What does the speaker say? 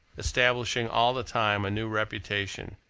establishing all the time a new reputation,